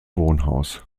wohnhaus